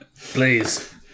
Please